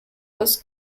was